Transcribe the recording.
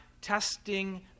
testing